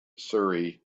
surrey